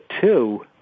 two